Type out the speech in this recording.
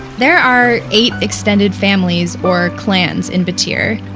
there are eight extended families, or clans, in battir.